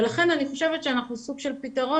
ולכן אני חושבת שאנחנו סוג של פתרון